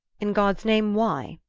in god's name, why?